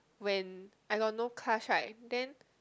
when I got no class right then